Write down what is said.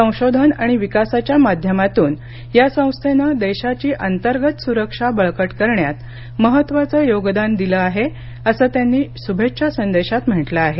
संशोधन आणि विकासाच्या माध्यमातून या संस्थेनं देशाची अंतर्गत सुरक्षा बळकट करण्यात महत्त्वाचं योगदान दिलं आहे असं त्यांनी शुभेच्छा संदेशात म्हटलं आहे